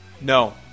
No